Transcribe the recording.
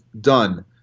done